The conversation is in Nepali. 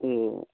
ए